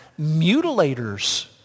mutilators